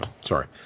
Sorry